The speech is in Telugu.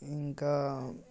ఇంకా